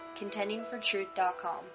contendingfortruth.com